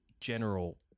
general